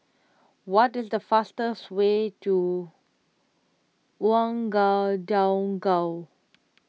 what is the fastest way to Ouagadougou